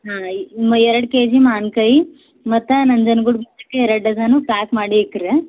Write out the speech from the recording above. ಹಾಂ ಎರಡು K G ಮಾವಿನಕಾಯಿ ಮತ್ತು ನಂಜನಗೂಡು ಬಾಳೆಕಾಯಿ ಎರಡು ಡಝನ್ನು ಪ್ಯಾಕ್ ಮಾಡಿ ಇಡ್ರಿ